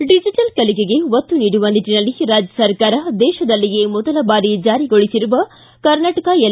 digital ಕಲಿಕೆಗೆ ಒತ್ತು ನೀಡುವ ನಿಟ್ಟನಲ್ಲಿ ರಾಜ್ಯ ಸರ್ಕಾರವು ದೇಶದಲ್ಲಿಯೇ ಮೊದಲ ಬಾರಿ ಜಾರಿಗೊಳಿಸಿರುವ ಕರ್ನಾಟಕ ಎಲ್